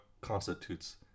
constitutes